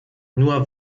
nur